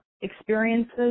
experiences